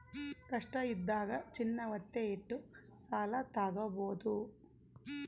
ಕಷ್ಟ ಇದ್ದಾಗ ಚಿನ್ನ ವತ್ತೆ ಇಟ್ಟು ಸಾಲ ತಾಗೊಬೋದು